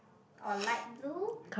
or light blue